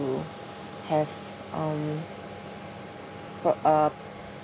to have um pro~ uh